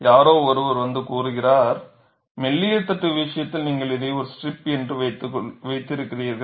யாரோ ஒருவர் வந்து கூறுகிறார் மெல்லிய தட்டு விஷயத்தில் நீங்கள் இதை ஒரு ஸ்ட்ரிப் என்று வைத்திருக்கிறீர்கள்